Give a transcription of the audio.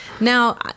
Now